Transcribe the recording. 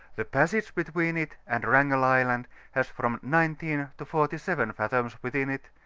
the passage between it and wrangle island has from nineteen to forty seven fathoms within it,